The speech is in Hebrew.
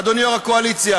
הכול בסדר, ההקלטה